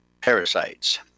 parasites